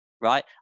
right